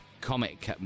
comic